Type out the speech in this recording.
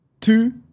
two